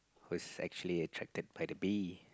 was actually attracted by the bee